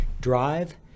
Drive